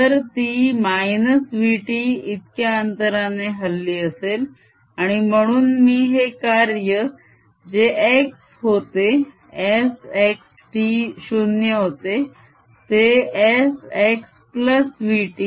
तर ती -vt इतक्या अंतराने हलली असेल आणि म्हणून मी हे कार्य जे x होते f x t 0 होते ते f xvt 0 असे लिहेन